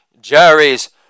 Jerry's